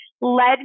led